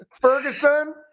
Ferguson